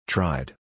Tried